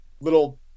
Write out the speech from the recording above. little